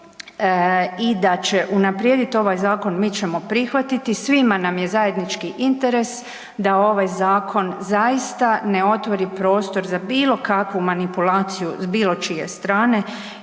i da će unaprijediti ovaj zakon mi ćemo prihvatiti. Svima nam je zajednički interes da ovaj zakon zaista ne otvori prostor za bilokakvu manipulaciju s bilo čije strane